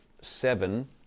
seven